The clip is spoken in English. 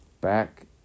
back